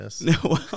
No